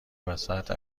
واست